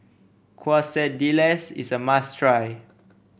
quesadillas is a must try